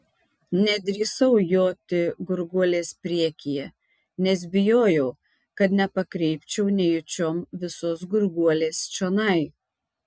nedrįsau joti gurguolės priekyje nes bijojau kad nepakreipčiau nejučiom visos gurguolės čionai